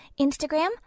Instagram